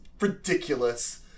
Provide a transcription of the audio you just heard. ridiculous